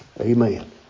Amen